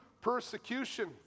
persecution